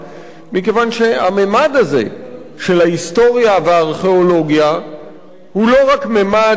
מכיוון שהממד הזה של ההיסטוריה והארכיאולוגיה הוא לא רק ממד מדעי,